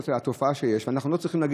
התופעה שיש, אנחנו לא צריכים להגיד.